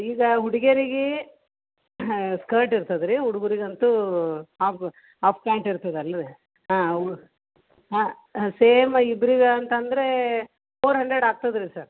ಈಗ ಹುಡ್ಗಿಯರಿಗೆ ಸ್ಕರ್ಟ್ ಇರ್ತದೆ ರೀ ಹುಡ್ಗುರಿಗಂತೂ ಆಫ್ ಆಫ್ ಪ್ಯಾಂಟ್ ಇರ್ತದೆ ಅಲ್ರೀ ಹಾಂ ಅವು ಹಾಂ ಸೇಮ್ ಇಬ್ರಿಗೆ ಅಂತಂದರೆ ಫೋರ್ ಹಂಡ್ರೆಡ್ ಆಗ್ತದೆ ರೀ ಸರ್